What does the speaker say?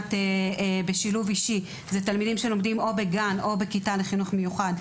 לסייעת בשילוב אישי זה תלמידים שלומדים או בגן או בכיתה רגילה.